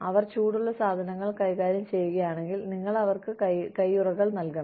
അവർ ചൂടുള്ള സാധനങ്ങൾ കൈകാര്യം ചെയ്യുകയാണെങ്കിൽ നിങ്ങൾ അവർക്ക് കയ്യുറകൾ നൽകണം